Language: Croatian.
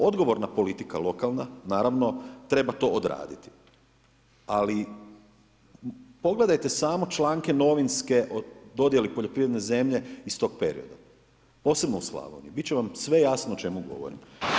Odgovorna politika lokalna naravno treba to odraditi, ali pogledajte samo članske novinske o dodijeli poljoprivredne zemlje iz tog perioda posebno u Slavoniji, bit će vam sve jasno o čemu govorim.